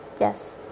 Yes